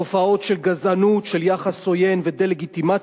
תופעות של גזענות, של יחס עוין ודה-לגיטימציה,